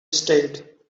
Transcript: stayed